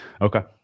Okay